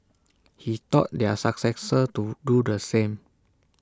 he taught their successors to do the same